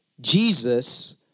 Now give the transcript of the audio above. Jesus